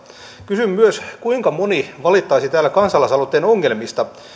kysyn myös kuinka moni valittaisi täällä kansalaisaloitteen ongelmista